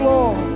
Lord